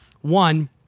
One